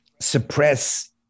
suppress